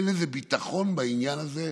אין איזה ביטחון בעניין הזה,